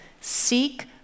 seek